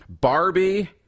Barbie